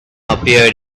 appeared